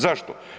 Zašto?